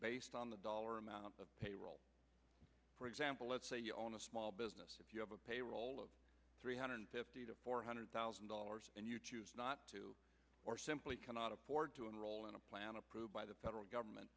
based on the dollar amount of payroll for example let's say you own a small business if you have a payroll of three hundred fifty to four hundred thousand dollars and you choose not to or simply cannot afford to enroll in a plan approved by the federal government